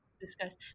discuss